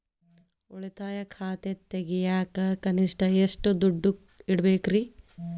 ಉಳಿತಾಯ ಖಾತೆ ತೆಗಿಯಾಕ ಕನಿಷ್ಟ ಎಷ್ಟು ದುಡ್ಡು ಇಡಬೇಕ್ರಿ?